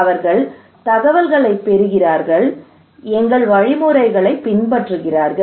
அவர்கள் தகவல்களைப் பெறுகிறார்கள் அவர்கள் எங்கள் வழிமுறைகளைப் பின்பற்றுகிறார்கள்